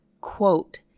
quote